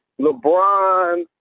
LeBron